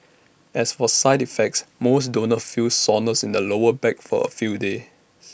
as for side effects most donors feel soreness in the lower back for A few days